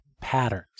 patterns